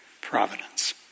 providence